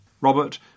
Robert